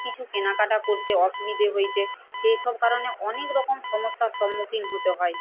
কিছু কেনাকাটা করতে অসুবিধে হয়েছে সেই সব কারণে অনেক রকম সমস্যার সম্মুখীন হতে হয়